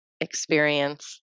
experience